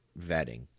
vetting